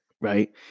right